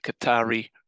Qatari